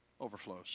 overflows